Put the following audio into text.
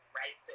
right